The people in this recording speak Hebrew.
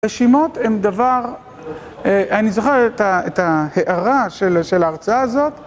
רשימות הן דבר, אני זוכר את ההארה של ההרצאה הזאת